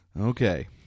Okay